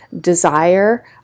desire